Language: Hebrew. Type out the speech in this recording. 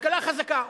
כלכלה חזקה.